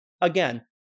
Again